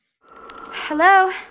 Hello